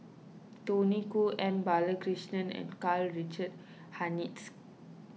Tony Khoo M Balakrishnan and Karl Richard Hanitsch